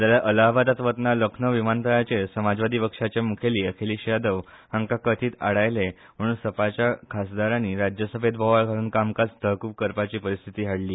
जाल्यार अलाहाबादात वतना लखनउ विमानतळाचेर समाजवादी पक्षाचे मुखेली अखिलेश यादव हांका कथित आडायले म्हूण सपाच्या खासदारांनी राज्यसभेत बोवाळ घालून कामकाज तहकूब करपाची परीस्थिती हाडली